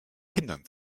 kindern